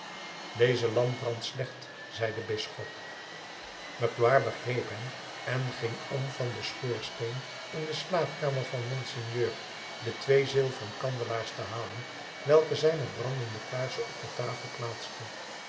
deze lamp brandt slecht zei de bisschop magloire begreep hem en ging om van den schoorsteen in de slaapkamer van monseigneur de twee zilveren kandelaars te halen welke zij met brandende kaarsen op de tafel plaatste